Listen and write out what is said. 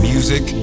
Music